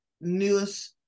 newest